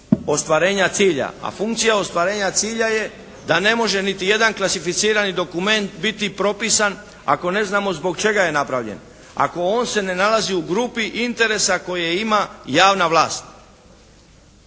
ostvarenja cilja a funkcija ostvarenja cilja je da ne može niti jedan klasificirani dokument biti propisan ako ne znamo zbog čega je napravljen. Ako on se ne nalazi u grupi interesa koje ima javna vlast.